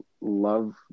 love